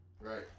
Right